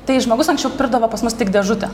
tai žmogus anksčiau pirkdavo pas mus tik dėžutę